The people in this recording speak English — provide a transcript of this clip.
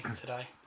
today